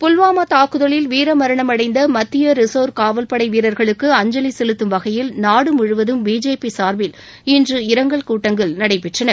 புல்வாமா தாக்குதலில் வீரமரணம் அடைந்த மத்திய ரிசர்வ் காவல்படை வீரர்களுக்கு அஞ்சலி செலுத்தும் வகையில் நாடு முழுவதும் பிஜேபி சார்பில் இன்று இரங்கல் கூட்டங்கள் நடைபெற்றன